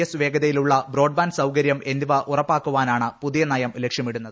S വേഗതയിലുള്ള broadband സൌകര്യം എന്നിവ ഉറപ്പാക്കാനാണ് ഈ പൂതിയു നയത്തിലൂടെ ലക്ഷ്യമിടുന്നത്